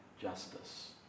justice